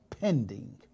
pending